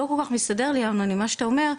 לא כל כך מסתדר לי מה שאתה אומר,